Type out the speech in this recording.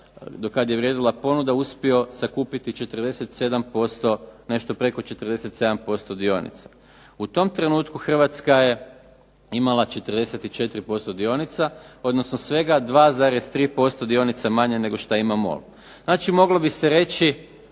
do kad je vrijedila ponuda, uspio sakupiti 47%, nešto preko 47% dionica. U tom trenutku Hrvatska je imala 44% dionica, odnosno svega 2,3% dionica manje nego što ima MOL. Znači, moglo bi se reći